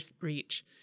reach